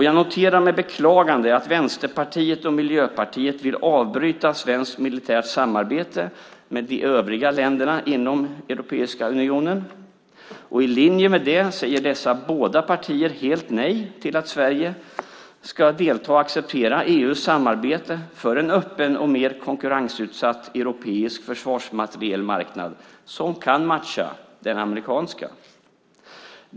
Jag noterar med beklagande att Vänsterpartiet och Miljöpartiet vill avbryta svenskt militärt samarbete med de övriga länderna inom EU. I linje med det säger partierna helt nej till att Sverige deltar i och accepterar EU:s samarbete för en öppen och mer konkurrensutsatt europeisk försvarsmaterielmarknad som kan matcha den amerikanska.